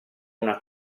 una